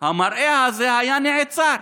המראה הזה היה נעצר.